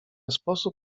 sposób